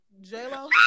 J-Lo